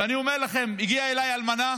ואני אומר לכם, הגיעה אליי אלמנה